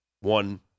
one